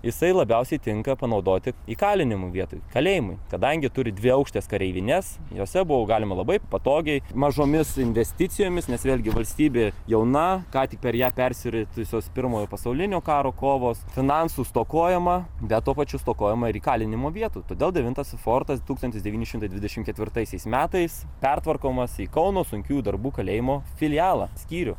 jisai labiausiai tinka panaudoti įkalinimo vietoj kalėjimui kadangi turi dviaukštes kareivines jose buvo galima labai patogiai mažomis investicijomis nes vėlgi valstybė jauna ką tik per ją persiritusios pirmojo pasaulinio karo kovos finansų stokojama bet tuo pačiu stokojama ir įkalinimo vietų todėl devintasis fortas tūkstantis devyni šimtai dvidešimt ketvirtaisiais metais pertvarkomas į kauno sunkiųjų darbų kalėjimo filialą skyrių